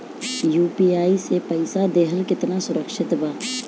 UPI से पईसा देहल केतना सुरक्षित बा?